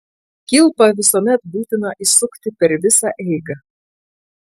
kilpą visuomet būtina įsukti per visą eigą